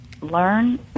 learn